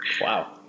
Wow